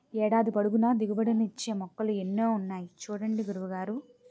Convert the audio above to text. ఏడాది పొడుగునా దిగుబడి నిచ్చే మొక్కలు ఎన్నో ఉన్నాయి చూడండి గురువు గారు